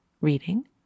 reading